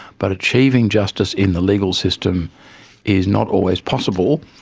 but achieving justice in the legal system is not always possible,